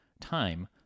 time